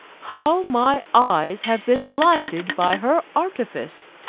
how my eyes have been blinded by her artifice!